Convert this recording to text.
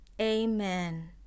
Amen